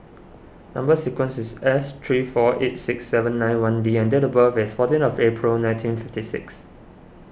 Number Sequence is S three four eight six seven nine one D and date of birth is fourteen of April nineteen fifty six